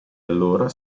allora